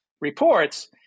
reports